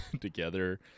together